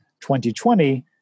2020